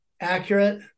Accurate